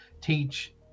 teach